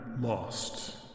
lost